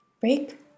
Break